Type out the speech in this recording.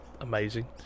amazing